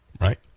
right